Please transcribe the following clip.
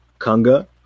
kanga